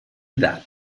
that